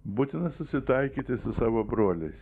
būtina susitaikyti su savo broliais